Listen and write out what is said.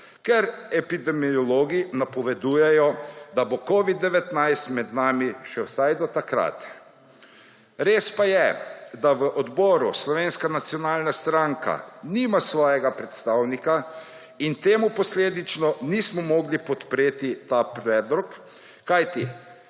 ker epidemiologi napovedujejo, da bo covid-19 med nami še vsaj do takrat. Res pa je, da v odboru Slovenska nacionalna stranka nima svojega predstavnika in temu posledično nismo mogli podpreti tega predlog, kajti